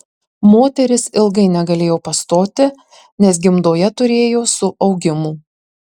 moteris ilgai negalėjo pastoti nes gimdoje turėjo suaugimų